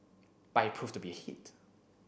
but he proved to be a hit